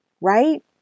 right